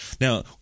Now